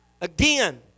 Again